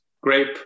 grape